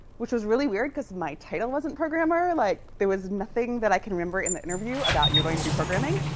which was really weird, because my title wasn't programmer. like there was nothing that i can remember in the interview about, you're going to be programming.